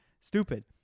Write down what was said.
Stupid